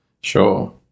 Sure